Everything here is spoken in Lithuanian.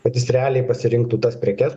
kad jis realiai pasirinktų tas prekes